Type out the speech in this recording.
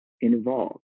involved